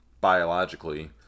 biologically